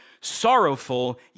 sorrowful